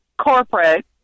corporate